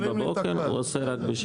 רק את העניין של הבחירה אנחנו רוצים בעצם,